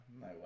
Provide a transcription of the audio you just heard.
No